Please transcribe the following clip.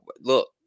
look